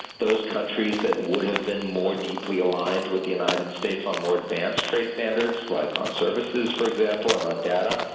those countries that would have been more deeply aligned with the united states on more advanced trade standards, like on services, for example, and on data,